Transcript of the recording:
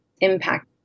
impact